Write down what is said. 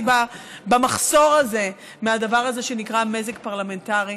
במחסור מהדבר הזה שנקרא מזג פרלמנטרי.